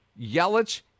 Yelich